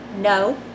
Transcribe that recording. no